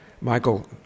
Michael